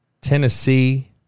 Tennessee